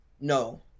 No